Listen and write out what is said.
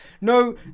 No